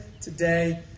today